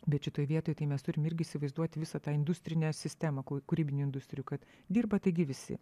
bet šitoj vietoj tai mes turim irgi įsivaizduoti visą tą industrinę sistemą ku kūrybinių industrijų kad dirba taigi visi